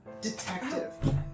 Detective